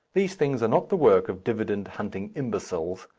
these things are not the work of dividend-hunting imbeciles,